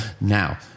Now